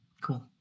Cool